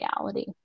reality